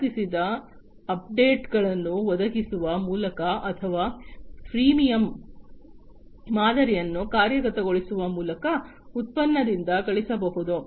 ಪಾವತಿಸಿದ ಅಪ್ಡೇಟ್ಗಳನ್ನು ಒದಗಿಸುವ ಮೂಲಕ ಅಥವಾ ಫ್ರೀಮಿಯಮ್ ಮಾದರಿಯನ್ನು ಕಾರ್ಯಗತಗೊಳಿಸುವ ಮೂಲಕ ಉತ್ಪನ್ನದಿಂದ ಹಣಗಳಿಸಬಹುದು